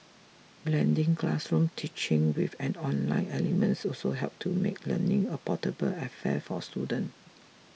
blending classroom teaching with an online elements also helps to make learning a portable affair for students